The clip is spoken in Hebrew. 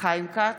חיים כץ,